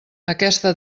aquesta